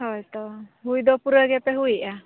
ᱦᱳᱭ ᱛᱳ ᱦᱩᱭ ᱫᱚ ᱯᱩᱨᱟᱹ ᱜᱮᱯᱮ ᱦᱩᱭᱮᱜᱼᱟ